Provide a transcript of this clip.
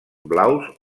blaus